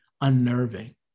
unnerving